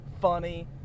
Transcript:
funny